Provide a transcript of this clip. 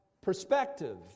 perspective